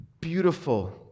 beautiful